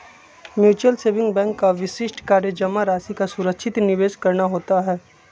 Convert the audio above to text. mutual saving bank का विशिष्ट कार्य जमा राशि का सुरक्षित निवेश करना होता है